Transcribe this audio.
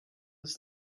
does